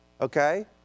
Okay